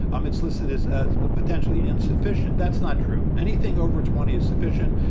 um, it's listed as as potentially insufficient. that's not true. anything over twenty is sufficient.